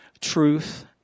truth